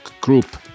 group